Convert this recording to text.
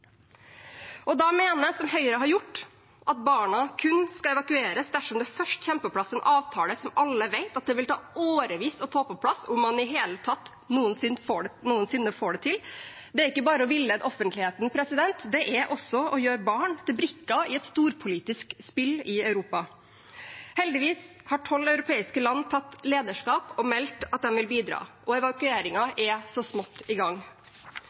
mener, som Høyre har gjort, at barna kun skal evakueres dersom det først kommer på plass en avtale som alle vet det vil ta årevis å få på plass, om man i det hele tatt noensinne får det til. Det er ikke bare å villede offentligheten, det er også å gjøre barn til brikker i et storpolitisk spill i Europa. Heldigvis har tolv europeiske land tatt lederskap og meldt at de vil bidra, og evakueringen er så smått i gang.